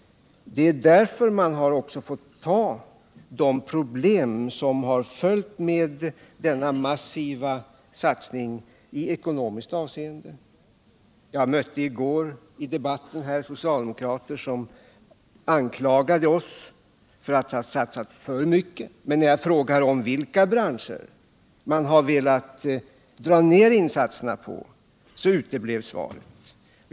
Med denna massiva satsning har det följt ekonomiska problem, som vi också har måst ta. Jag mötte i debatten i går socialdemokrater som anklagade oss för att ha satsat för mycket. Men när jag frågade inom vilka branscher man har velat dra ned insatserna, så uteblev svaret.